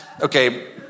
Okay